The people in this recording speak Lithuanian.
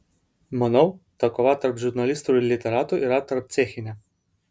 manau ta kova tarp žurnalistų ir literatų yra tarpcechinė